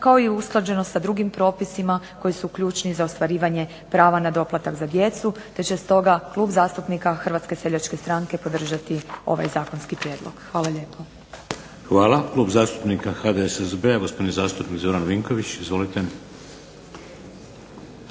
kao i usklađenost sa drugim propisima koji su ključni za ostvarivanje prava na doplatak za djecu, te će stoga Klub zastupnika HSS-a podržati ovaj zakonski prijedlog. Hvala lijepo. **Šeks, Vladimir (HDZ)** Hvala. Klub zastupnika HDSSB-a gospodin zastupnik Zoran Vinković. Izvolite.